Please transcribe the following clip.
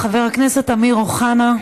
חבר הכנסת אמיר אוחנה,